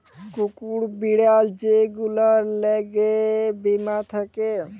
কুকুর, বিড়াল যে গুলার ল্যাগে বীমা থ্যাকে